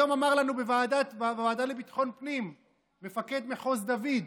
היום אמר לנו בוועדה לביטחון פנים מפקד מחוז דוד,